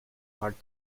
hard